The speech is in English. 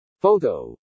Photo